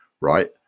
right